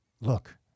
look